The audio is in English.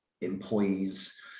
employees